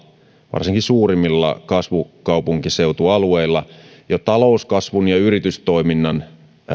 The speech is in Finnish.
varsinkin suurimmilla kasvavilla kaupunkiseutualueilla jo talouskasvun ja yritystoiminnan